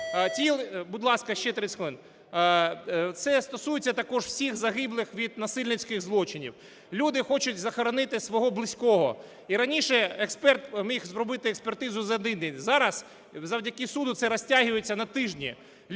Це стосується також всіх загиблих від насильницьких злочинів. Люди хочуть захоронити свого близького, і раніше експерт міг зробити експертизу за один день, зараз завдяки суду це розтягується на тижні,